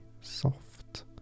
soft